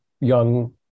young